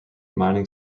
mining